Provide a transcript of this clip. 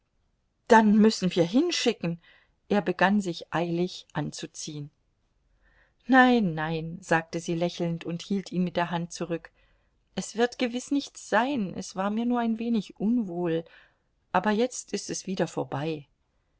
dann müssen wir hinschicken er begann sich eilig anzuziehen nein nein sagte sie lächelnd und hielt ihn mit der hand zurück es wird gewiß nichts sein es war mir nur ein wenig unwohl aber jetzt ist es wieder vorbei